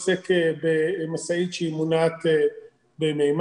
שעוסק במשאית שהיא מונעת במימן.